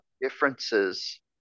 differences